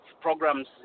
programs